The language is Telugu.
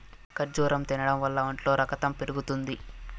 ఖర్జూరం తినడం వల్ల ఒంట్లో రకతం పెరుగుతుంది